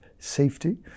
safety